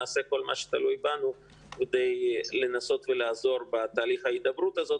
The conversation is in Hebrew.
נעשה כל מה שתלוי בנו כדי לנסות לעזור בהידברות הזאת,